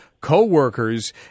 co-workers